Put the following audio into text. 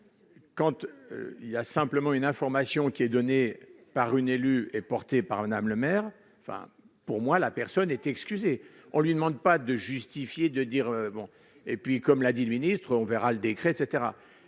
compte il y a simplement une information qui est donnée par une élue et porté par un homme, le maire, enfin pour moi, la personne est excusé, on lui demande pas de justifier de dire bon, et puis comme l'a dit le ministre, on verra le décret etc